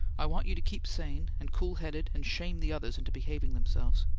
i want you to keep sane and cool-headed and shame the others into behaving themselves.